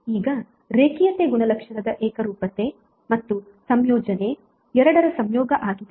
ಈಗ ರೇಖೀಯತೆ ಗುಣಲಕ್ಷಣದ ಏಕರೂಪತೆ ಮತ್ತು ಸಂಯೋಜನೆ ಎರಡರ ಸಂಯೋಗ ಆಗಿದೆ